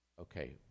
okay